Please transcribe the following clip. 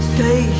Stay